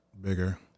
bigger